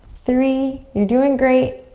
three. you're doing great.